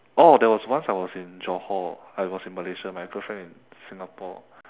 oh there was once I was in johor I was in malaysia my girlfriend in singapore